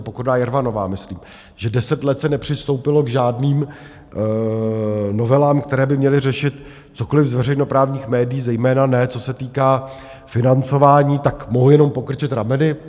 Pokorná Jermanová, myslím že deset let se nepřistoupilo k žádným novelám, které by měly řešit cokoli z veřejnoprávních médií, zejména ne co se týká financování, tak mohu jenom pokrčit rameny.